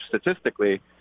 statistically